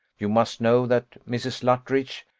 you must know that mrs. luttridge,